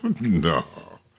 No